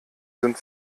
sind